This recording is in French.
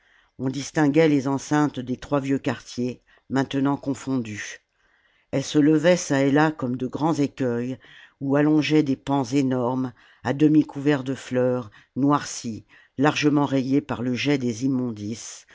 on distinguait les enceintes des trois vieux quartiers maintenant confondues elles se levaient çà et là comme de grands écuells ou allongeaient des pans énormes à demi couverts de fleurs noircis largement rayés par le jet des immondices